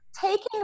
taking